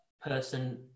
person